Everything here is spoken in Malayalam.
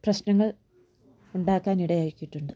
പ്രശ്നങ്ങൾ ഉണ്ടാക്കാനിടയാക്കിയിട്ടുണ്ട്